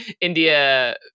India